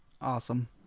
Awesome